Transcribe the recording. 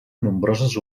nombroses